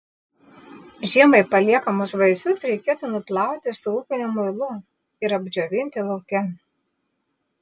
žiemai paliekamus vaisius reikėtų nuplauti su ūkiniu muilu ir apdžiovinti lauke